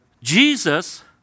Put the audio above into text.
Jesus